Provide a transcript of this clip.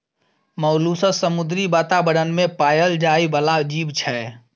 molluscs समुद्री बातावरण मे पाएल जाइ बला जीब छै